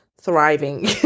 thriving